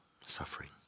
suffering